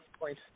point